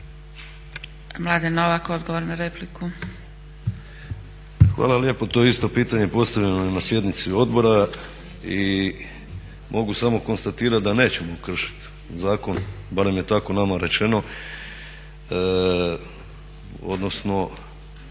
Mladen (Nezavisni)** Hvala lijepo. To je isto pitanje postavljeno i na sjednici Odbora i mogu samo konstatirati da nećemo kršiti zakon, barem je tako nama rečeno, odnosno